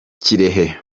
kirehe